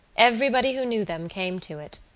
everybody who knew them came to it,